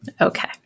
Okay